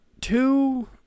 two